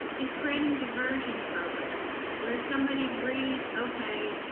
is creating diversion programs, where somebody agrees okay,